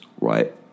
right